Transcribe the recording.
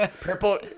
Purple